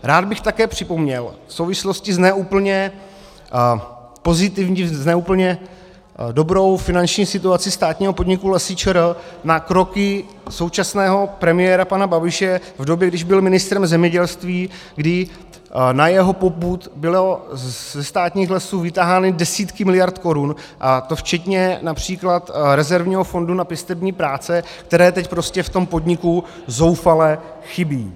Rád bych také připomněl souvislosti s ne úplně pozitivním, s ne úplně dobrou finanční situací státního podniku Lesy ČR, na kroky současného premiéra pana Babiše v době, když byl ministrem zemědělství (?), kdy na jeho popud byly ze státních lesů vytahány desítky miliard korun, včetně například rezervního fondu na pěstební práce, které teď v tom podniku zoufale chybí.